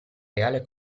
reale